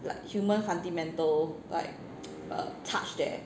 like human fundamental like err touch there